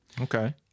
Okay